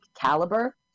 caliber